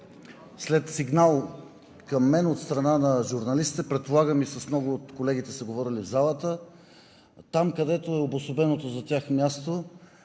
след сигнал към мен от страна на журналисти, предполагам, че и с много от колегите са говорили в залата. Там, където е обособеното за тях място